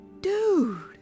dude